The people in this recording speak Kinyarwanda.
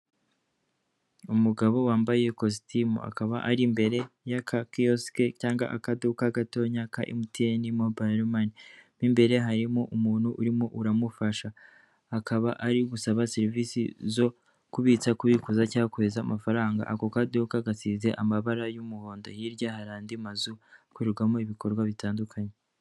Umugabo wambaye ikositimu akaba ari imbere y'aka kiyosike cyangwa akaduka gatonya kaemutiyeni mobayiro mane imbere harimo umuntu urimo uramufasha akaba ari gusaba serivisi zo kubitsa, kubikuza, cyangwa koheza amafaranga ako kaduka gasize amabara y'umuhondo hirya hari andi mazu akorerwamo ibikorwa bitandukanye.